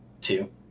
Two